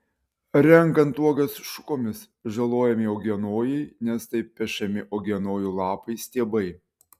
renkant uogas šukomis žalojami uogienojai nes taip pešami uogienojų lapai stiebai